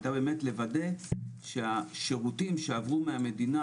הייתה באמת לוודא שהשירותים שעברו מהמדינה